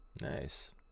Nice